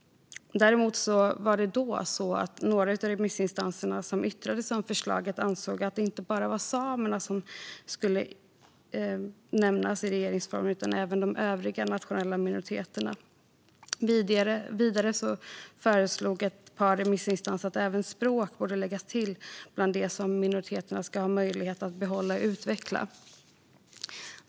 Däremot var det några av de remissinstanser som yttrade sig om förslaget som ansåg att det inte bara var samerna som skulle nämnas i regeringsformen utan även de övriga nationella minoriteterna. Vidare föreslog ett par remissinstanser att språk borde läggas till bland det som minoriteterna ska ha möjlighet att behålla och utveckla.